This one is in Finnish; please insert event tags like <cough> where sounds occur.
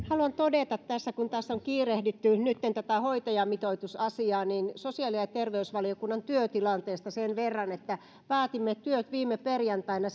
haluan todeta tässä kun tässä on kiirehditty nytten tätä hoitajamitoitusasiaa sosiaali ja terveysvaliokunnan työtilanteesta sen verran että päätimme työt viime perjantaina <unintelligible>